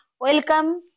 Welcome